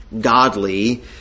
godly